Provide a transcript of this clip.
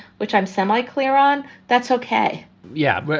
which i'm semi clear on, that's ok yeah, but